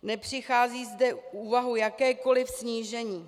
Nepřichází zde v úvahu jakékoli snížení.